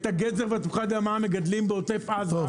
את הגזר והתפוחי אדמה מגדלים בעוטף עזה,